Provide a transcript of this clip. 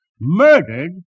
murdered